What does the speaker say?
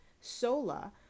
Sola